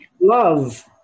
love